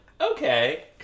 okay